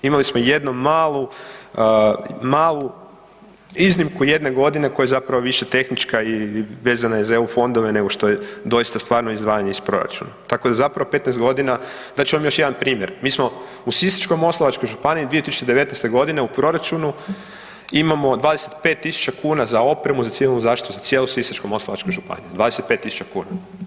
Imali smo jednom malu, malu iznimku jedne godinu, koja je zapravo više tehnička i vezana je za EU fondove nego što je doista stvarno izdvajanje iz proračuna, tako da zapravo 15 godina, dat ću vam još jedan primjer, mi smo u Sisačko-moslavačkoj županiji 2019. godine u proračunu imamo 25 tisuća kuna za opremu za Civilnu zaštitu za cijelu Sisačko-moslavačku županiju, 25 tisuća kuna.